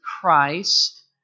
Christ